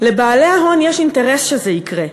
לבעלי ההון יש אינטרס שזה יקרה.